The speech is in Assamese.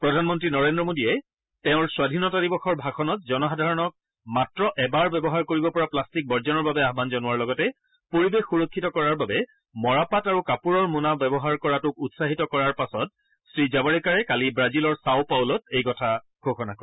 প্ৰধানমন্ত্ৰী নৰেন্দ্ৰ মোদীয়ে তেওঁৰ স্বাধীনতা দিৱসৰ ভাষণত জনসাধাৰণক মাত্ৰ এবাৰ ব্যৱহাৰ কৰিব পৰা প্লাষ্টিক বৰ্জনৰ বাবে আহান জনোৱাৰ লগতে পৰিৱেশ সুৰক্ষিত কৰাৰ বাবে মৰাপাট আৰু কাপোৰৰ মোনা ব্যৱহাৰ কৰাটোক উৎসাহিত কৰাৰ পাছত শ্ৰী জাৱাড়েকাৰে কালি ৱাজিলৰ ছাও পাওলোত এই কথা ঘোষণা কৰে